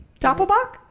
doppelbach